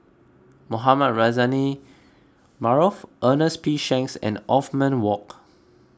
Mohamed Rozani Maarof Ernest P Shanks and Othman Wok